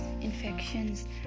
infections